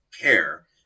care